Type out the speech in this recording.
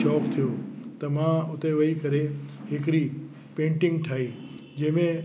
शौक़ु थियो त मां हुते वेही करे हिकिड़ी पेंटिंग ठाही जंहिंमें